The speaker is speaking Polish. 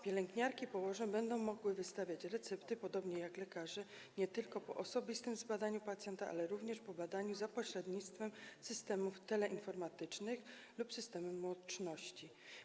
Pielęgniarki i położne będą mogły wystawiać recepty, podobnie jak lekarze, nie tylko po osobistym zbadaniu pacjenta, ale również po badaniu za pośrednictwem systemów teleinformatycznych lub systemów łączności.